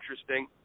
interesting